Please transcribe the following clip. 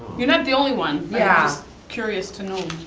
you're not the only one. yeah! i was curious to know.